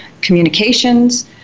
communications